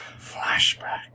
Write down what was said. Flashback